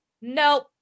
nope